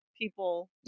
people